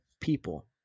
people